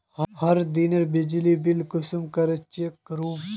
हर दिनेर बिजली बिल कुंसम करे चेक करूम?